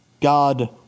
God